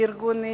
לארגונים